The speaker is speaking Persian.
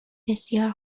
بسیار